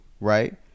right